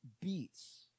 beats